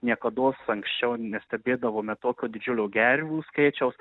niekados anksčiau nepastebėdavome tokio didžiulio gervių skaičiaus